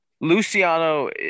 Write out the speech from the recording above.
Luciano